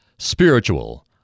Spiritual